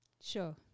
Sure